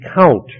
count